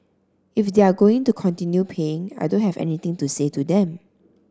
if they're going to continue paying I don't have anything to say to them